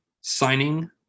signing